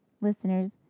listeners